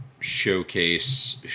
showcase